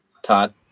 Todd